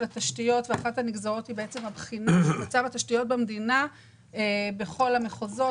התשתיות ואחת הנגזרות היא מצב התשתיות בכל המחוזות.